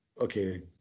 okay